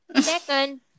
second